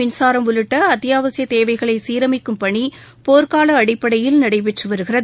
மின்சாரம் உள்ளிட்ட அத்தியாவசிய தேவைகளை சீரமைக்கும் பணி போர்க்கால அடிப்படையில் நடைபெற்று வருகிறது